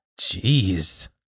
Jeez